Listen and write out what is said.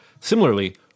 Similarly